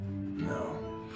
No